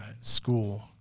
school